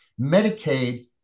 Medicaid